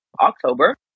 October